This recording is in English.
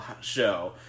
Show